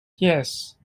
yes